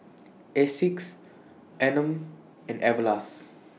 Asics Anmum and Everlast